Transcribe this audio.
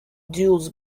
dulles